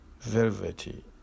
velvety